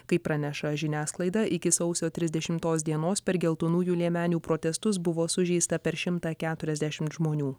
kaip praneša žiniasklaida iki sausio trisdešimtos dienos per geltonųjų liemenių protestus buvo sužeista per šimtą keturiasdešimt žmonių